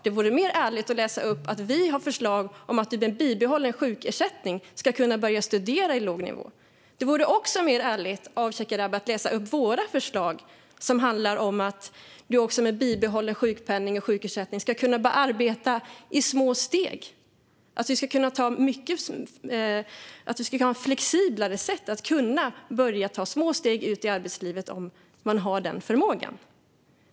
Det vore mer ärligt att läsa upp att vi har förslag om att man med en bibehållen sjukersättning ska kunna börja studera på låg nivå. Det vore också mer ärligt av Shekarabi att läsa upp våra förslag som handlar om att man med bibehållen sjukpenning och sjukersättning ska kunna börja arbeta i små steg. Det ska finnas ett flexiblare sätt att kunna börja ta små steg ut i arbetslivet om man har den förmågan.